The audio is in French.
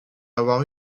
avoir